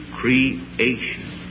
creation